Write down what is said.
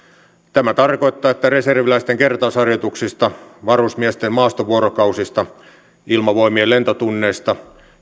tämä tarkoittaa että reserviläisten kertausharjoituksista varusmiesten maastovuorokausista ilmavoimien lentotunneista